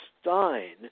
Stein